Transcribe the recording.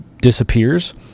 disappears